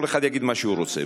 שכל אחד יגיד מה שהוא רוצה,